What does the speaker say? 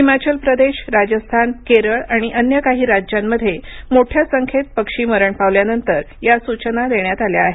हिमाचल प्रदेश राजस्थान केरळ आणि अन्य काही राज्यांमध्ये मोठ्या संख्येत पक्षी मरण पावल्यानंतर या सूचना देण्यात आल्या आहेत